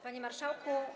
Panie Marszałku!